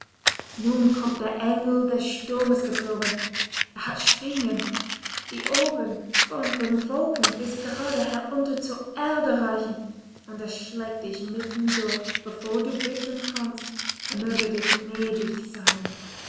nun kommt der engel des sturmes geflogen er hat schwingen die oben von den wolken bis gerade herunter zur erde reichen und er schlägt dich mittendurch bevor du bitten kannst er möge dir gnädig sein